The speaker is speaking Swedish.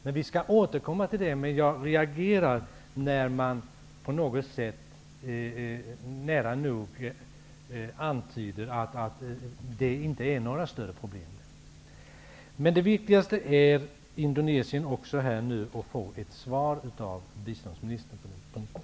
Jag skall återkomma till det, men jag reagerar när man nära nog antyder att det inte är några större problem. Det viktigaste är frågan om Indonesien och att jag får ett svar från biståndsministern på den punkten.